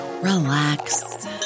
relax